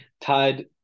tied